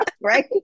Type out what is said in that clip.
right